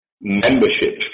membership